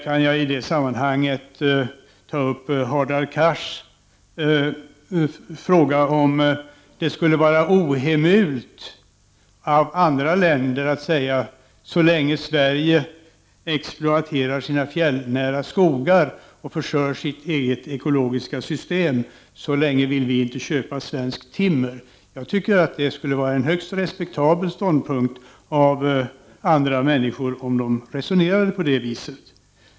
I det sammanhanget kan jag ta upp Hadar Cars fråga, om det skulle vara ohemult av andra länder att säga: Så länge Sverige exploaterar sina fjällnära skogar och förstör sitt eget ekologiska system, vill vi inte köpa svenskt timmer. Jag tycker att det skulle vara en högst respektabel ståndpunkt av andra människor, om de resonerade på det viset.